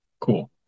cool